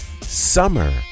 summer